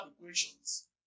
equations